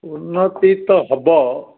ଉନ୍ନତି ତ ହେବ